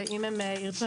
ואם הם ירצו,